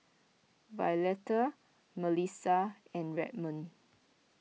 Violetta Melissa and Redmond